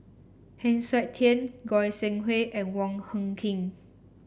Heng Siok Tian Goi Seng Hui and Wong Hung Khim